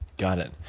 got it.